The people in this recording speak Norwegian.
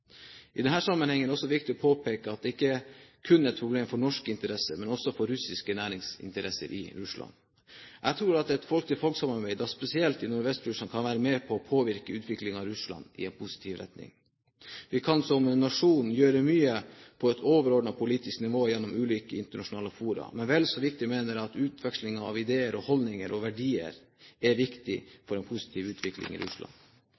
I denne sammenhengen er det også viktig å påpeke at dette ikke kun er et problem for norske interesser, men også for russiske næringsinteresser i Russland. Jeg tror at et folk-til-folk-samarbeid, spesielt i Nordvest-Russland, kan være med på å påvirke utviklingen av Russland i en positiv retning. Vi kan som nasjon gjøre mye på et overordnet politisk nivå, gjennom ulike internasjonale fora, men vel så viktig mener jeg utvekslingen av ideer, holdninger og verdier er for en positiv utvikling i Russland.